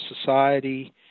society